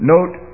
Note